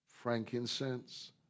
frankincense